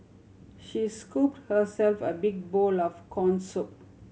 she scooped herself a big bowl of corn soup